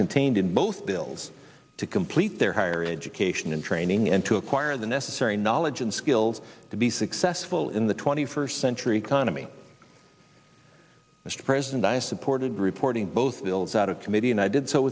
contained in both bills to complete their higher education and training and to acquire the necessary knowledge and skills to be successful in the twenty first century economy mr president i supported reporting both bills out of committee and i did so